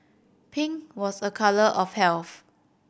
pink was a colour of health